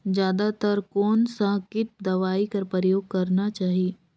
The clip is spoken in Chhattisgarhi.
जादा तर कोन स किट दवाई कर प्रयोग करना चाही?